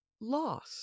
loss